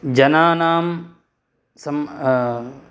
जनानां